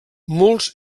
molts